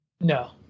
No